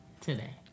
today